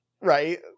right